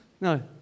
No